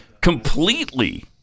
completely